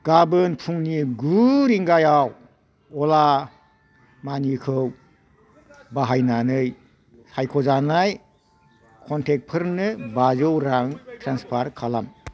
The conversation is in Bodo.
गाबोन फुंनि गु रिंगायाव अला मानिखौ बाहायनानै सायख'जानाय कनटेक्टफोरनो बाजौ रां ट्रेन्सफार खालाम